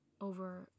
over